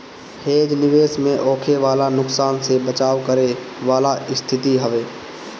hedge निवेश में होखे वाला नुकसान से बचाव करे वाला स्थिति हवे